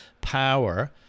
power